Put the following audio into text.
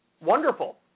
wonderful